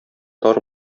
тар